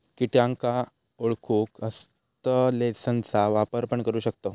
किटांका ओळखूक हस्तलेंसचा वापर पण करू शकताव